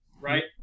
right